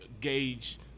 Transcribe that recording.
gauge